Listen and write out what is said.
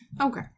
Okay